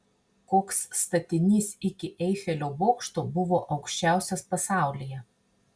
koks statinys iki eifelio bokšto buvo aukščiausias pasaulyje